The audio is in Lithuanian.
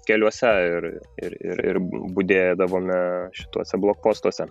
keliuose ir ir ir budėdavome šituose blokpostuose